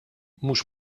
mhux